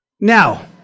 Now